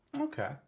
Okay